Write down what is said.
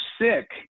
sick